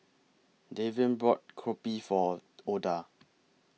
Davian bought Kopi For Oda